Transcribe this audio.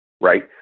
right